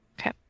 Okay